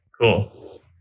Cool